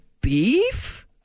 beef